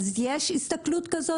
האם יש הסתכלות כזאת?